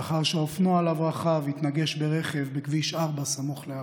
לאחר שהאופנוע שעליו רכב התנגש ברכב בכביש 4 סמוך לעכו,